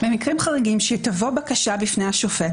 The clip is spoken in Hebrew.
במקרים חריגים כשתבוא בקשה לפני השופט,